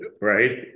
right